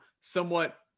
somewhat